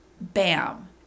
Bam